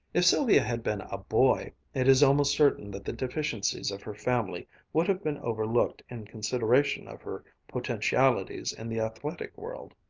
if sylvia had been a boy, it is almost certain that the deficiencies of her family would have been overlooked in consideration of her potentialities in the athletic world.